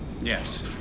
Yes